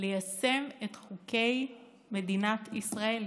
ליישם את חוקי מדינת ישראל.